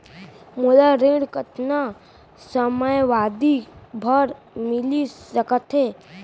मोला ऋण कतना समयावधि भर मिलिस सकत हे?